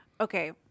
Okay